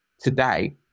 today